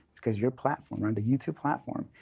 because your platform, the youtube platform,